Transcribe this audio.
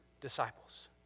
disciples